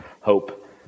hope